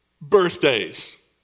birthdays